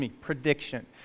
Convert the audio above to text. prediction